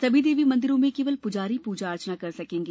सभी देवी मंदिरों में केवल पुजारी पूजा अर्चना कर करेंगे